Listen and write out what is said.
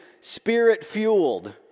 spirit-fueled